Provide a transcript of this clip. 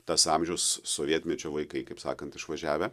tas amžius sovietmečio vaikai kaip sakant išvažiavę